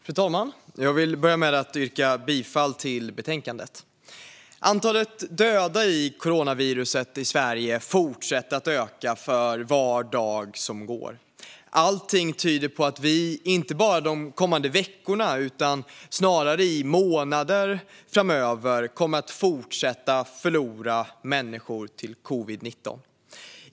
Fru talman! Jag vill börja med att yrka bifall till utskottets förslag. Antalet döda i coronaviruset i Sverige fortsätter att öka för var dag som går. Allt tyder på att vi, inte bara de kommande veckorna utan snarare i månader framöver, kommer att fortsätta att förlora människor till covid-19.